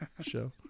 show